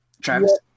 Travis